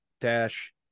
Dash